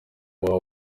wawe